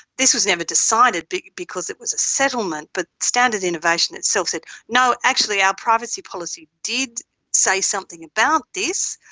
this was never decided because it was a settlement, but standard innovation itself said no, actually our privacy policy did say something about this.